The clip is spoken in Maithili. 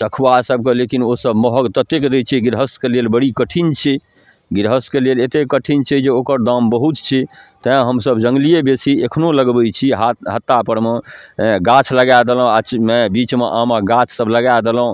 सखुआ सबके लेकिन ओसब महग ततेक दै छै गृहस्थके लेल बड़ी कठिन छै गृहस्थके लेल एतेक कठिन छै जे ओकर दाम बहुत छै तेँ हमसभ जङ्गलिए बेसी एखनहु लगबै छी हत्तापरमे गाछ लगा देलहुँ अथीमे बीचमे आमके गाछसब लगा देलहुँ